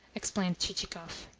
explained chichikov.